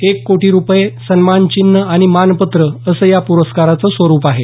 एक कोटी रुपये सन्मानचिन्ह आणि मानपत्र असं या पुरस्काराचं स्वरूप आहे